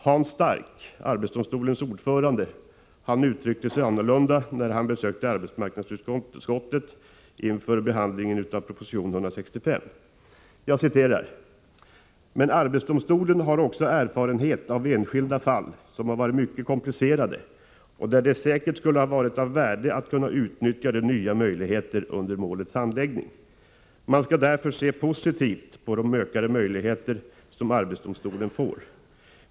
Hans Stark, arbetsdomstolens ordförande, uttryckte sig annorlunda när han besökte arbetsmarknadsutskottet inför behandlingen av proposition 165: ”Men arbetsdomstolen har också erfarenhet av enskilda fall som varit mycket komplicerade och där det säkert skulle ha varit av värde att kunna utnyttja de nya möjligheterna under målets handläggning. Man skall därför se positivt på de ökade möjligheter som arbetsdomstolen får.